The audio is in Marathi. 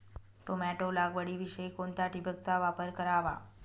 टोमॅटो लागवडीसाठी कोणत्या ठिबकचा वापर करावा?